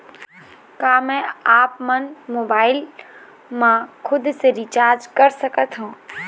का मैं आपमन मोबाइल मा खुद से रिचार्ज कर सकथों?